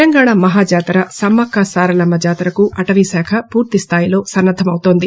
తెలంగాణ మహా జాతర సమ్మక్క సారలమ్మ జాతరకు అటవీ శాఖ పూర్తి స్దాయిలో సన్నద్దం అవుతోంది